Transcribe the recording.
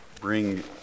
bring